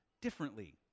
differently